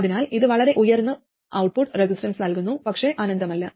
അതിനാൽ ഇത് വളരെ ഉയർന്ന ഔട്ട്പുട്ട് റെസിസ്റ്റൻസ് നൽകുന്നു പക്ഷേ അനന്തമല്ല